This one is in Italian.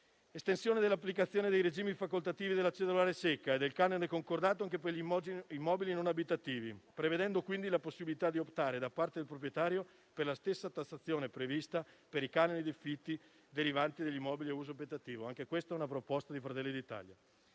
estendere l'applicazione dei regimi facoltativi della cedolare secca e del canone concordato anche per gli immobili non abitativi, prevedendo la possibilità di optare da parte del proprietario per la stessa tassazione prevista per i canoni di affitto derivanti dagli immobili a uso abitativo. Anche questa è una proposta di Fratelli d'Italia.